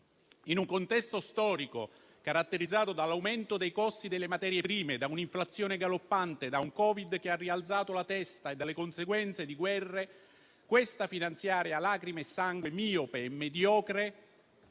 In un contesto storico caratterizzato dall'aumento dei costi delle materie prime, da un'inflazione galoppante, da un Covid che ha rialzato la testa e dalle conseguenze di guerre, questa manovra finanziaria lacrime e sangue, miope e mediocre